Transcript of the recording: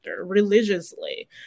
religiously